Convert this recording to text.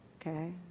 okay